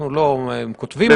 אנחנו לא כותבים אותו,